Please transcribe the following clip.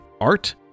art